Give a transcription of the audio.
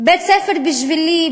בית-ספר בשבילי,